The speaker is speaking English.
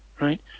right